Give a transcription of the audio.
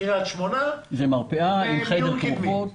קריית שמונה מיון קדמי.